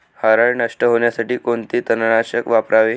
हरळ नष्ट होण्यासाठी कोणते तणनाशक वापरावे?